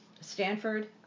Stanford